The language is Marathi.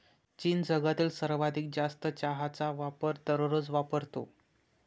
चीन जगातील सर्वाधिक जास्त चहाचा वापर दररोज वापरतो